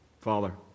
Father